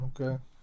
Okay